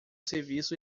serviço